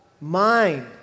Mind